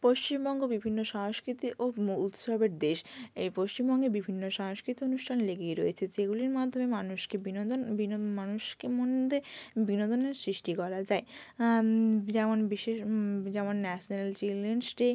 পশ্চিমবঙ্গ বিভিন্ন সংস্কৃতির ও উৎসবের দেশ এই পশ্চিমবঙ্গে বিভিন্ন সাংস্কৃতিক অনুষ্ঠান লেগেই রয়েছে যেগুলির মাধ্যমে মানুষকে বিনোদন মানুষকে মধ্যে বিনোদনের সৃষ্টি করা যায় যেমন বিশেষ যেমন ন্যাশনাল চিল্ড্রেন্স ডে